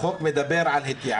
החוק מדבר על התייעלות.